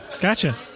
Gotcha